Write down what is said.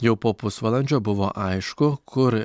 jau po pusvalandžio buvo aišku kur